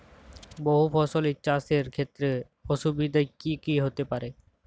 বহু ফসলী চাষ এর ক্ষেত্রে অসুবিধে কী কী হতে পারে?